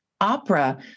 opera